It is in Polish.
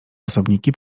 osobniki